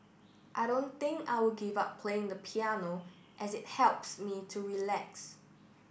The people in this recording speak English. I don't think I will give up playing the piano as it helps me to relax